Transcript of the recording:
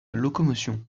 locomotion